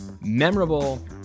memorable